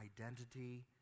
identity